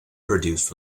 produced